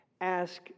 ask